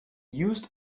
used